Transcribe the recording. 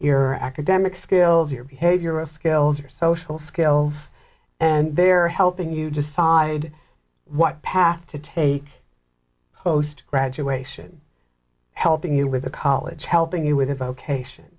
your academic skills your behavior skills or social skills and they're helping you decide what path to take host graduation helping you with the college helping you with a vocation